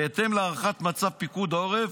בהתאם להערכת מצב פיקוד עורף,